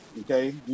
Okay